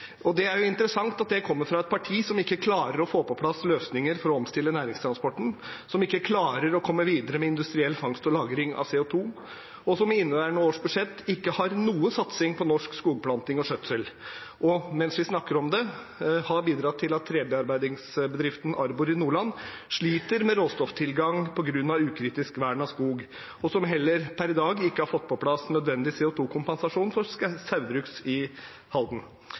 Det er jo interessant at det kommer fra et parti som ikke klarer å få på plass løsninger for å omstille næringstransporten, som ikke klarer å komme videre med industriell fangst og lagring av CO 2 , som i inneværende års budsjett ikke har noen satsing på norsk skogplanting og -skjøtsel, som – mens vi snakker om det – har bidratt til at trebearbeidingsbedriften Arbor, i Nordland, sliter med råstofftilgang på grunn av ukritisk vern av skog, og som per i dag heller ikke har fått på plass nødvendig CO 2 -kompensasjon for Saugbrugs i Halden.